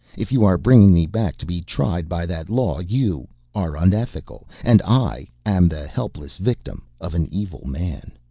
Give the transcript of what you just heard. if you are bringing me back to be tried by that law you are unethical, and i am the helpless victim of an evil man.